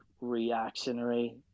reactionary